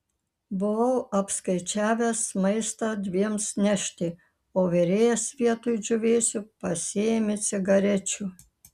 buvau apskaičiavęs maistą dviems nešti o virėjas vietoj džiūvėsių pasiėmė cigarečių